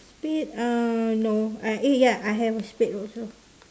spade uh no I eh ya I have a spade also